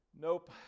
Nope